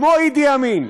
כמו אידי אמין,